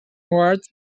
award